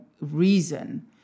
reason